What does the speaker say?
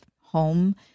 home